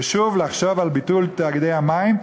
ושוב, לחשוב על ביטול תאגידי המים.